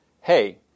hey